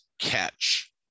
catch